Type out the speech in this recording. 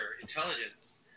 intelligence